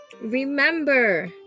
Remember